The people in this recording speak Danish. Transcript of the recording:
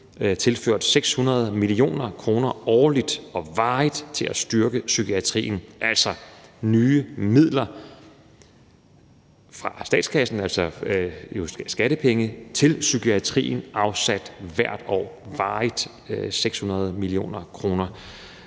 tilført 600 mio. kr. årligt og varigt til at styrke psykiatrien. Det er altså nye midler fra statskassen, dvs. skattepenge, til psykiatrien. Det økonomiske løft – de 600 mio. kr.